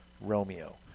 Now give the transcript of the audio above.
Romeo